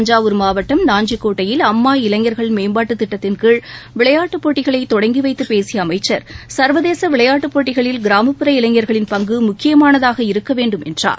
தஞ்சாவூர் மாவட்டம் நாஞ்சிக்கோட்டையில் அம்மா இளைஞர்கள் மேம்பாட்டுத் திட்டத்தின்கீழ் விளையாட்டுப் போட்டிகளை தொடங்கி வைத்து பேசிய அமைச்சர் சர்வதேச விளையாட்டுப் போட்டிகளில் கிராமப்புற இளைஞர்களின் பங்கு முக்கியமானதாக இருக்க வேண்டும் என்றார்